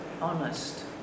honest